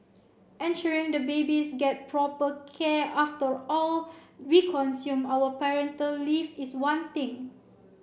ensuring the babies get proper care after all we consume our parental leave is one thing